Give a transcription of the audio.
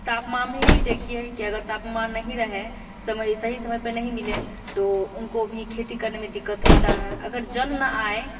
तापमान ही भी देखिए कि अगर तापमान नहीं रहे समय सही समय पे नहीं मिले तो उनको भी खेती करने में दिक्कत होता है अगर जल ना आए